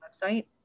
website